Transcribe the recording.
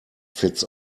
fits